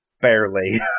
Barely